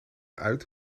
uit